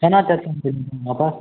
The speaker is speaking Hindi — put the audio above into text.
है ना